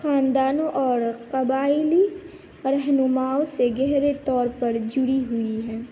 خاندانوں اور قبائلی رہنماؤں سے گہرے طور پر جڑی ہوئی ہے